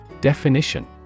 Definition